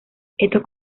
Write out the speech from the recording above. estos